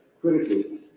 critically